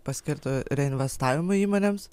paskirtu reinvestavimu įmonėms